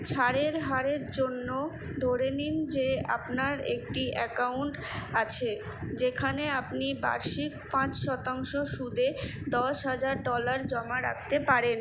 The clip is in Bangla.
ছাড়ের হারের জন্য ধরে নিন যে আপনার একটি অ্যাকাউন্ট আছে যেখানে আপনি বার্ষিক পাঁচ শতাংশ সুদে দশ হাজার ডলার জমা রাখতে পারেন